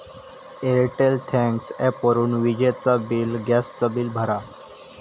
Airtel thanks ॲपवरून विजेचा bill, gas चा बिल भरा